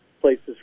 places